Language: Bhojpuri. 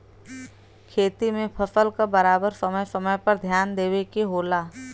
खेती में फसल क बराबर समय समय पर ध्यान देवे के होला